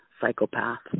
psychopath